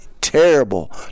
Terrible